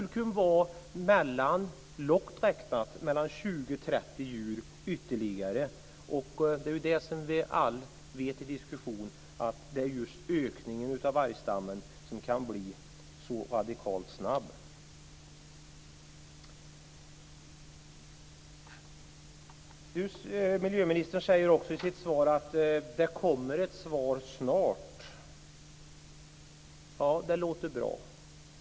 Lågt räknat skulle det utgöra ytterligare mellan 20 och 30 djur, och vi vet alla att ökningen av vargstammen kan ske radikalt snabbt. Miljöministern säger också att det kommer ett besked snart, och det låter bra.